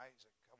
Isaac